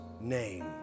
name